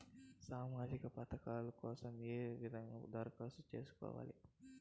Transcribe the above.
సామాజిక పథకాల కోసం ఏ విధంగా దరఖాస్తు సేసుకోవాలి